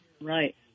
right